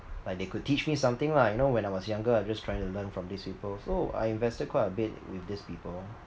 like they could teach me something lah you know when I was younger I just trying to learn from these people so I invested quite a bit with these people